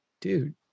dude